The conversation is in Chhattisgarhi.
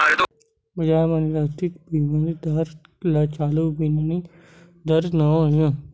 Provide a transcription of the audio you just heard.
बजार म निरधारित बिनिमय दर ल चालू बिनिमय दर, स्पॉट बिनिमय दर के नांव ले घलो जाने जाथे